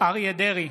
אריה מכלוף דרעי,